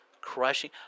Crushing